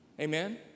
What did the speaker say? Amen